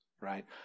right